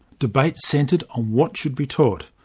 debate centred on what should be taught.